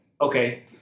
Okay